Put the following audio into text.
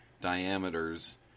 diameters